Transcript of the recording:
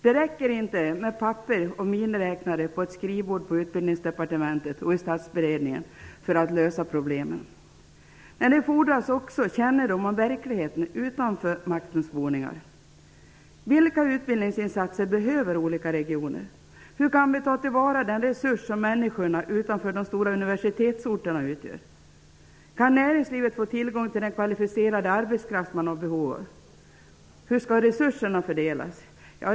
Det räcker inte med papper och miniräknare på ett skrivbord på Utbildningsdepartementet och i statsrådsberedningen för att lösa problemen. Det fordras också kännedom om verkligheten utanför maktens boningar. Vilka utbildningsinsatser behöver olika regioner? Hur kan vi ta till vara den resurs som människorna utanför de stora universitetsorterna utgör? Kan näringslivet få tillgång till den kvalificerade arbetskraft man har behov av? Hur skall resurserna fördelas?